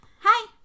Hi